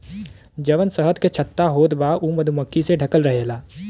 जवन शहद के छत्ता होत बा उ मधुमक्खी से ढकल रहेला